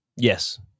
Yes